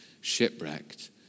shipwrecked